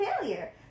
failure